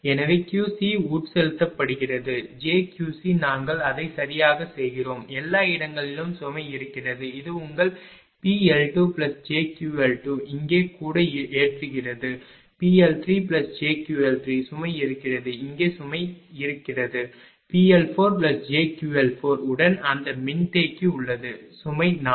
எனவே QC உட்செலுத்தப்படுகிறது jQC நாங்கள் அதைச் சரியாகச் செய்கிறோம் எல்லா இடங்களிலும் சுமை இருக்கிறது இது உங்கள் PL2jQL2 இங்கே கூட ஏற்றுகிறது PL3jQL3 சுமை இருக்கிறது இங்கே சுமை இருக்கிறது PL4jQL4 உடன் அந்த மின்தேக்கி உள்ளது சுமை 4